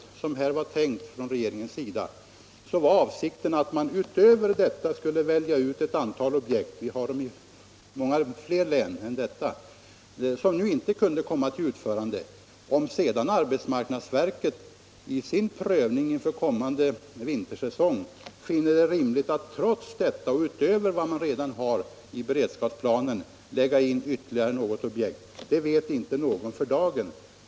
Regeringens avsikt var att man skulle välja ut ett antal objekt — det gäller många fler län än detta — som nu inte kunde komma till utförande. Om sedan vägverket i sin prövning inför kommande vintersäsong finner det rimligt att utöver vad man redan har i beredskapsplanen lägga in ytterligare något objekt vet ingen för dagen.